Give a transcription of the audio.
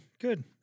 good